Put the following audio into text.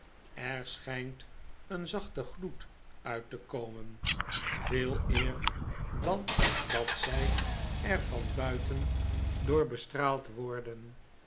er schjjnt een zachte gloed uit te komen veel eer dan dat zy er van buiten door bestraald worden